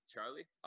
Charlie